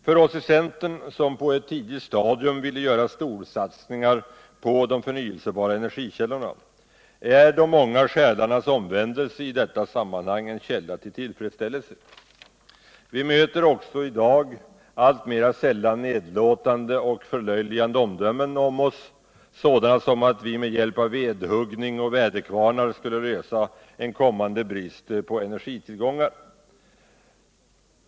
För oss i centern, som på ett tidigt stadium ville göra storsatsningar på de förnvelsebara källorna, är de många själarnas omvändelse i detta sammanhang en källa will tillfredsställelse. Vi möter också i dag alltmer sällan nedlåtande och förlöjligande omdömen om oss, som att vi med hjälp av vedhuggning och väderkvarnar skulle lösa en kommande brist på energitillgångar.